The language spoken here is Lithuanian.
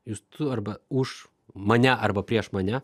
jūs tu arba už mane arba prieš mane